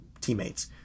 teammates